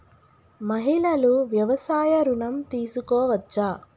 మహిళలు వ్యవసాయ ఋణం తీసుకోవచ్చా?